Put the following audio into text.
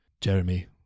jeremy